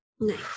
Nice